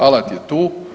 Alat je tu.